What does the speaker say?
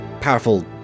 powerful